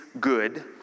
good